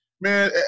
Man